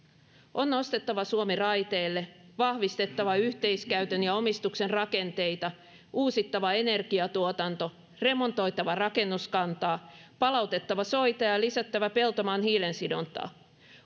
on nostettava suomi raiteille vahvistettava yhteiskäytön ja omistuksen rakenteita uusittava energiatuotanto remontoitava rakennuskantaa palautettava soita ja ja lisättävä peltomaan hiilensidontaa